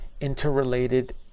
interrelated